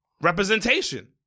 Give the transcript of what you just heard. representation